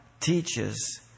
teaches